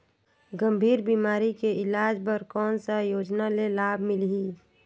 गंभीर बीमारी के इलाज बर कौन सा योजना ले लाभ मिलही?